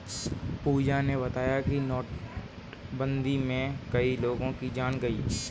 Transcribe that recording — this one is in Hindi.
पूजा ने बताया कि नोटबंदी में कई लोगों की जान गई